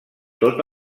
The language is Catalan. tot